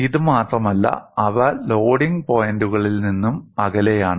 ഇത് മാത്രമല്ല അവ ലോഡിംഗ് പോയിന്റുകളിൽ നിന്നും അകലെയാണ്